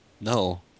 No